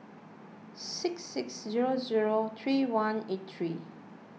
six six zero zero three one eight three